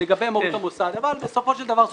-- לגבי מהות המוסד אבל בסופו של דבר,